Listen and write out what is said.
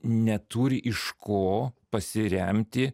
neturi iš ko pasiremti